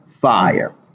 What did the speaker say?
fire